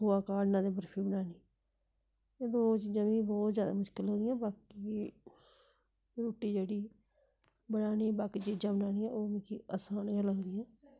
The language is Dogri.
खोआ काढ़ना ते बर्फी बनानी एह् दो चीज़ां मिगी बोह्त ज्यादा मुशकल लगदियां बाकी रुट्टी जेह्ड़ी बनानी बाकी चीज़ां बनानियां ओह् मिगी असान गै लगदियां